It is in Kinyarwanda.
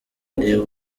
lee